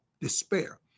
despair